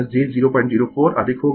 तो यह 022 j 004 अधिक होगा